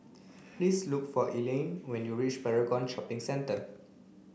please look for Elayne when you reach Paragon Shopping Centre